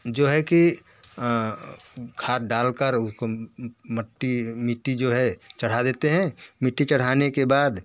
जो है कि खाद डाल कर उसको मट्टी मिट्टी जो है चढ़ा देते हैं मिट्टी चढ़ाने के बाद